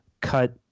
cut